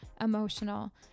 emotional